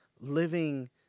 living